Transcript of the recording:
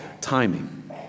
timing